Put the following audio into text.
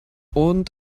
und